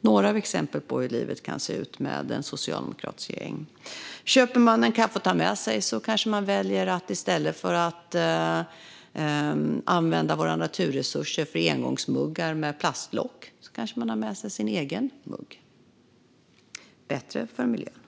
Det är några exempel på hur livet kan se ut med en socialdemokratisk regering. Köper man en kaffe och tar med sig kanske man väljer att i stället för att använda våra naturresurser till engångsmuggar med plastlock ha med sig sin egen mugg. Det är bättre för miljön.